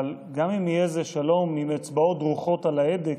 אבל גם אם יהיה זה שלום עם אצבעות כרוכות על ההדק,